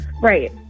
Right